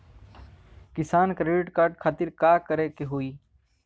किसान credit card खातिर का करे के होई?